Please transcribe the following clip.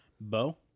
Bo